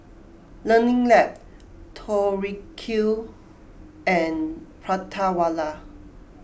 Learning Lab Tori Q and Prata Wala